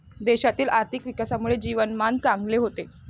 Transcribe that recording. देशातील आर्थिक विकासामुळे जीवनमान चांगले होते